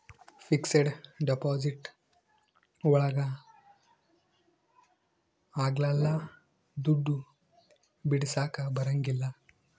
fixed deposit ಒಳಗ ಅಗ್ಲಲ್ಲ ದುಡ್ಡು ಬಿಡಿಸಕ ಬರಂಗಿಲ್ಲ